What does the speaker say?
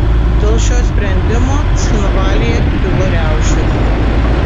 dėl šio sprendimo cchinvalyje kilo riaušės